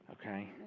Okay